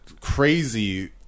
crazy